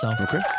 Okay